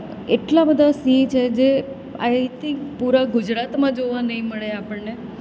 એટલા બધાં સિંહ છે જે આઈ થીન્ક પૂરાં ગુજરાતમાં જોવા નહીં મળે આપણને